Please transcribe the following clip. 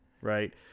right